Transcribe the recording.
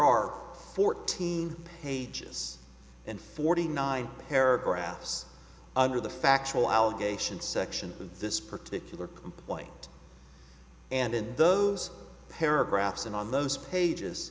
are fourteen pages and forty nine paragraphs under the factual allegations section of this particular complaint and in those paragraphs and on those pages